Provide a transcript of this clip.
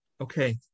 Okay